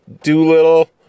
Doolittle